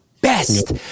best